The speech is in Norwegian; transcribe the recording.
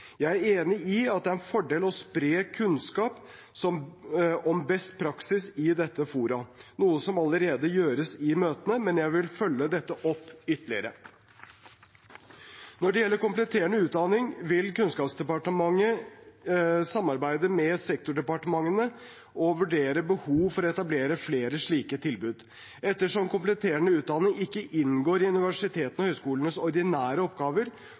Jeg er enig i at det er en fordel å spre kunnskap om best praksis i dette forumet, noe som allerede gjøres i møtene, men jeg vil følge dette opp ytterligere. Når det gjelder kompletterende utdanning, vil kunnskapsdepartementet samarbeide med sektordepartementene og vurdere behov for å etablere flere slike tilbud. Ettersom kompletterende utdanning ikke inngår i universitetenes og høyskolenes ordinære oppgaver,